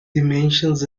dimensions